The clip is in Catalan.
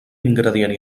ingredient